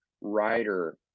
writer